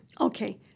Okay